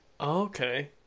Okay